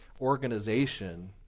organization